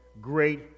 great